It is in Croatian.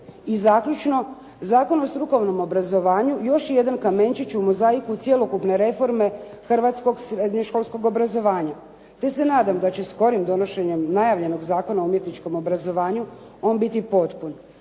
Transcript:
I zaključno. Zakon o strukovnom obrazovanju još je jedan kamenčić u mozaiku cjelokupne reforme hrvatskog srednjoškolskog obrazovanja, te se nadam da će skorim donošenjem najavljenog Zakona o umjetničkom obrazovanju on biti potpun.